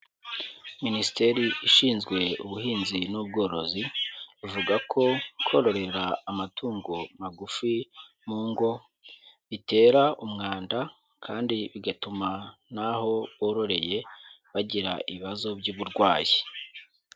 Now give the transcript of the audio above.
Minisiteri ishinzwe Ubuhinzi n'Ubworozi ivuga ko kororera amatungo magufi mu ngo bitera umwanda, kandi bigatuma n'aho bororeye bagira ibibazo by'uburwayi.